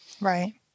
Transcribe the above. Right